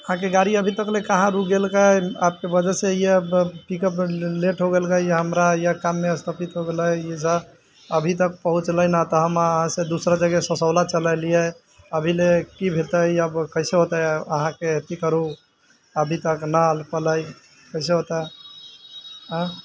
अहाँके गाड़ी अभी तकलए कहाँ रुकि गेलक आपके वजहसँ पिकअप लेट हो गेलक हमरा अइ काममे स्थगित हो गेलै अभीतक पहुँचलै नहि तऽ हम अहाँसँ दूसरा जगह ससौला चलि एलिए अभीलए की होतै कइसे होतै अहाँके की करू अभीतक नहि आ पएलै कइसे होतै अँ